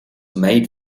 made